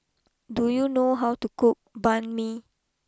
do you know how to cook Banh Mi